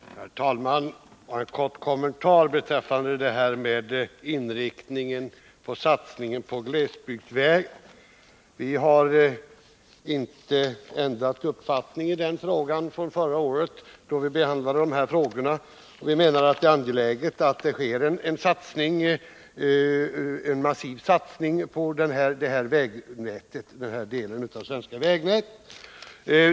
Herr talman! Låt mig göra en kort kommentar om inriktningen av satsningarna på glesbygdsvägar. Vi har inte ändrat uppfattning sedan vi förra året behandlade dessa frågor. Vi menar fortfarande att det är angeläget med en massiv satsning på den här delen av det svenska vägnätet.